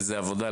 זה לגמרי עבודה.